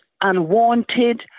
unwanted